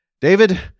david